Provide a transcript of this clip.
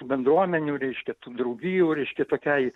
bendruomenių reiškia tų draugijų reiškia tokiai